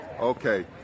Okay